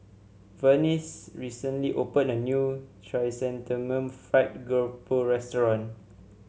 Vernice recently opened a new Chrysanthemum Fried Garoupa restaurant